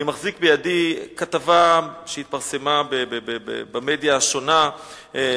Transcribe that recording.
אני מחזיק בידי כתבה שהתפרסמה במדיה השונה,